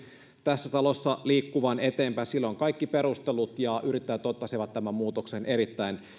tässä talossa liikkuvan eteenpäin sille on kaikki perustelut ja yrittäjät ottaisivat tämän muutoksen erittäin